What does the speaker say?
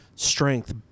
Strength